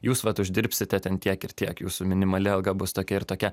jūs vat uždirbsite ten tiek ir tiek jūsų minimali alga bus tokia ir tokia